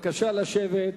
בבקשה לשבת.